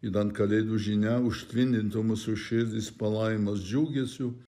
idant kalėdų žinia užtvindytų mūsų širdis palaimos džiugesiu